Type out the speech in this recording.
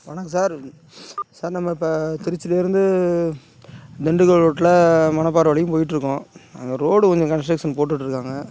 வணக்கம் sir sir நம்ம இப்போ திருச்சியில் இருந்து திண்டுக்கல் ரோட்டில் மணப்பாறை வரையும் போயிட்டு இருக்கோம் அங்கே ரோடு கொஞ்சம் கன்ஸ்ட்ரெக்ஷன் போட்டுட்டு இருக்காங்கள்